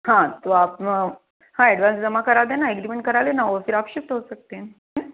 हाँ तो आप हाँ एडवांस जमा करा देना अग्रीमेंट करा लेना और फिर आप शिफ्ट हो सकते हैं हैं